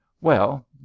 Well